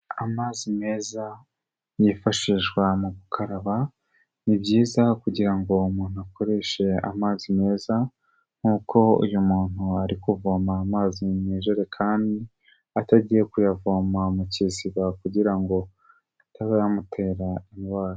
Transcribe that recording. Amazi meza yifashishwa mu gukaraba, ni byiza kugira ngo umuntu akoreshe amazi meza nk'uko uyu muntu ari kuvoma amazi mu ijerekani, atagiye kuyavoma mu kiziba kugira ngo atazamutera indwara.